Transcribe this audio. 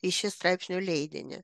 į šį straipsnių leidinį